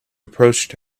approached